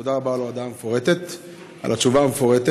ותודה רבה על התשובה המפורטת.